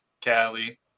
Cali